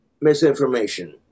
misinformation